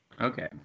Okay